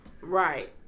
Right